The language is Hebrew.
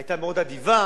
היתה מאוד אדיבה,